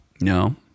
No